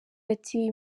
ati